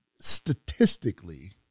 Statistically